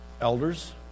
elders